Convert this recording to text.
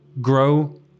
grow